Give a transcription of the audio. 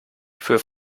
für